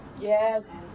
Yes